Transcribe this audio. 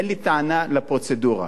אין לי טענה לפרוצדורה.